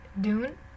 Dune